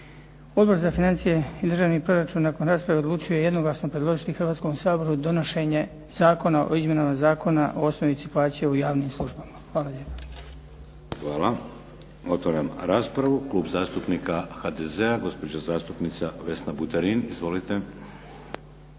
Odbor za financije i državni proračun nakon rasprave odlučio je jednoglasno predložiti Hrvatskom saboru donošenje Zakona o izmjenama Zakona o osnovici plaće u javnim službama. Hvala lijepa. **Šeks, Vladimir (HDZ)** Hvala. Otvaram raspravu. Klub zastupnika HDZ-a, gospođa zastupnica Vesna Buterin. Izvolite.